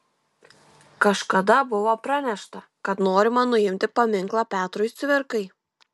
kažkada buvo pranešta kad norima nuimti paminklą petrui cvirkai